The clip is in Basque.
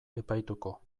epaituko